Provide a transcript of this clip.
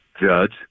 judge